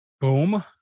boom